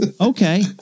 Okay